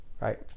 Right